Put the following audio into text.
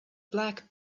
black